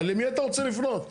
למי אתה רוצה לפנות?